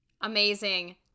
Amazing